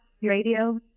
radio